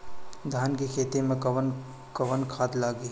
धान के खेती में कवन कवन खाद लागी?